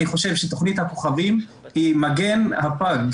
אני חושב שתכנית הכוכבים היא מגן הפג,